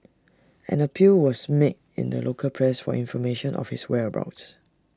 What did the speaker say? an appeal was made in the local press for information of his whereabouts